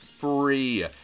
free